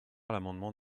l’amendement